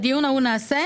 בדיון ההוא נעשה.